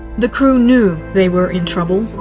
the crew knew they were in trouble.